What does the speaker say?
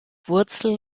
wurzel